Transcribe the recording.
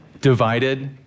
divided